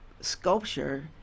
sculpture